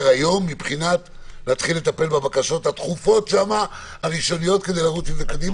היום של טיפול בבקשות דחופות כדי לרוץ עם זה קדימה?